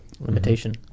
Limitation